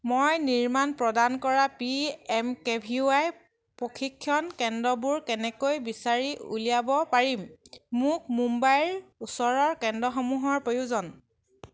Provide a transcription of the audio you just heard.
মই নিৰ্মাণ প্ৰদান কৰা P M K V Y প্ৰশিক্ষণ কেন্দ্ৰবোৰ কেনেকৈ বিচাৰি উলিয়াব পাৰিম মোক মুম্বাইৰ ওচৰৰ কেন্দ্ৰসমূহৰ প্ৰয়োজন